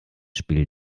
spiel